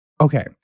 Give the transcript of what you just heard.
Okay